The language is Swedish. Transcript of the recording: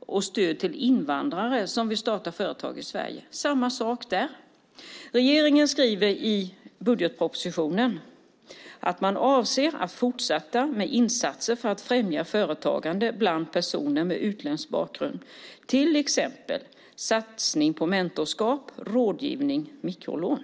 och stöd till invandrare som vill starta företag i Sverige. Det är samma sak där. Regeringen skriver i budgetpropositionen att man avser att fortsätta med insatser för att främja företagande bland personer med utländsk bakgrund, till exempel satsning på mentorskap, rådgivning och mikrolån.